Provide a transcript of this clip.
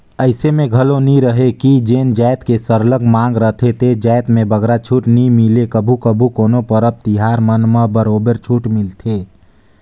अइसे घलो नी रहें कि जेन जाएत के सरलग मांग रहथे ते जाएत में बगरा छूट नी मिले कभू कभू कोनो परब तिहार मन म बरोबर छूट मिलथे